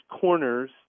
corners